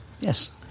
Yes